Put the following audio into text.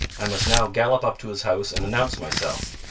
i must now gallop up to his house and announce myself.